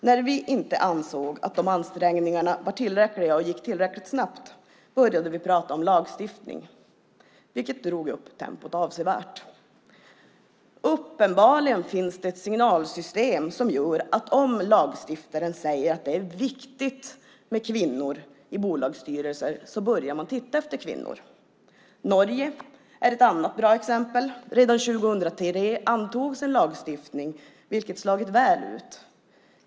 När vi inte ansåg att ansträngningarna var tillräckliga och gick tillräckligt snabbt började vi prata om lagstiftning, vilket drog upp tempot avsevärt. Uppenbarligen finns det ett signalsystem som gör att om lagstiftaren säger att det är viktigt med kvinnor i bolagsstyrelser så börjar man titta efter kvinnor. Norge är ett annat bra exempel. Redan 2003 antogs en lagstiftning, vilket har slagit väl ut.